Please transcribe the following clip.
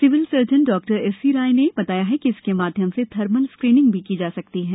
civil surgeon डॉ SC Rai ने बताया कि इसके माध्यम से थर्मल स्क्रीनिंग भी की जा सकती है